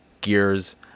Gears